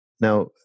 now